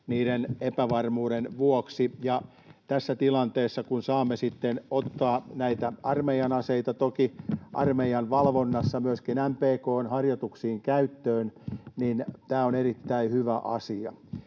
niiden epävarmuuden vuoksi. Ja kun tässä tilanteessa saamme sitten ottaa näitä armeijan aseita, toki armeijan valvonnassa, myöskin MPK:n harjoituksiin käyttöön, niin tämä on erittäin hyvä asia.